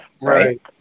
Right